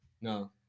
no